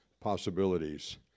possibilities